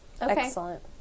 Excellent